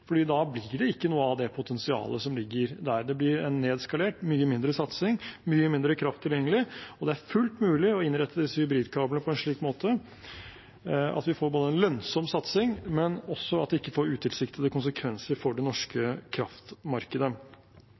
da blir det ikke noe av det potensialet som ligger der. Det blir en nedskalert, mye mindre satsing, og mye mindre kraft tilgjengelig. Det er fullt mulig å innrette disse hybridkablene på en slik måte at vi får en lønnsom satsing, men at det ikke får utilsiktede konsekvenser for det norske kraftmarkedet.